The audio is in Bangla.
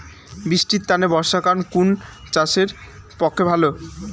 বৃষ্টির তানে বর্ষাকাল কুন চাষের পক্ষে ভালো?